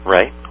Right